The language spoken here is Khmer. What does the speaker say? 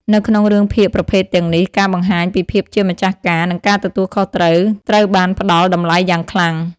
នៅក្នុងរឿងភាពប្រភេទទាំងនេះ ការបង្ហាញ ពីភាពជាម្ចាស់ការ និងការទទួលខុសត្រូវត្រូវបានផ្ដល់តម្លៃយ៉ាងខ្លាំង។។